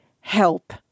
help